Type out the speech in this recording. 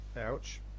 Ouch